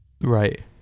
Right